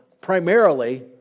primarily